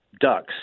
ducks